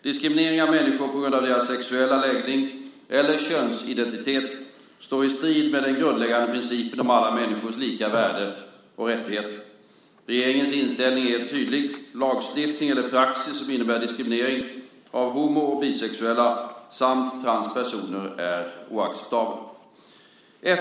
Diskriminering av människor på grund av deras sexuella läggning eller könsidentitet står i strid med den grundläggande principen om alla människors lika värde och rättigheter. Regeringens inställning är tydlig: lagstiftning eller praxis som innebär diskriminering av homo och bisexuella samt transpersoner är oacceptabel.